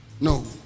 No